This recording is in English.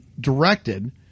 directed